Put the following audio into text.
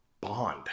bond